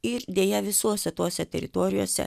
ir deja visose tose teritorijose